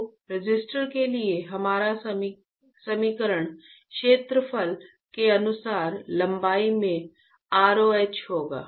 तो रेसिस्टर के लिए हमारा समीकरण क्षेत्रफल के अनुसार लंबाई में rho होगा